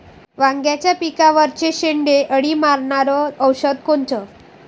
वांग्याच्या पिकावरचं शेंडे अळी मारनारं औषध कोनचं?